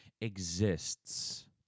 exists